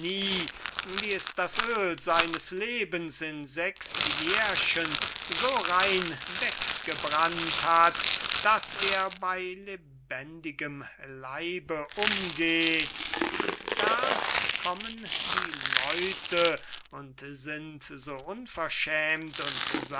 wie es das oel seines lebens in sechs jährgen so rein weggebrannt hat daß er bei lebendigem leibe umgeht und da kommen die leute und sind so unverschämt und